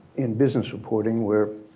in business reporting where,